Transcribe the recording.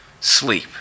sleep